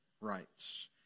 rights